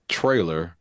trailer